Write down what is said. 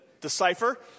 decipher